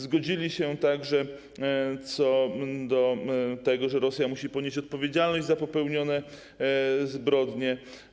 Zgodzili się także co do tego, że Rosja musi ponieść odpowiedzialność za popełnione zbrodnie.